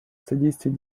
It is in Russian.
содействие